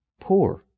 poor